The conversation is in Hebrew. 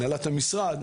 הנהלת המשרד,